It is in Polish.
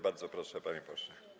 Bardzo proszę, panie pośle.